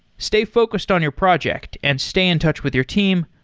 stay focused on your project and stay in touch with your team.